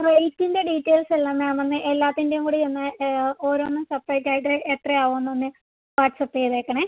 റേറ്റിൻ്റെ details എല്ലാം ma'am ഒന്ന് എല്ലാത്തിൻ്റെയും കൂടി ഒന്ന് ഓരോന്നും സെപ്പറേറ്റ് ആയിട്ട് എത്ര ആവുമെന്ന് ഒന്ന് വാട്സാപ്പ് ചെയ്തേക്കണേ